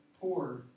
poor